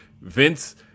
Vince